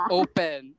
open